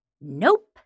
Nope